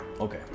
Okay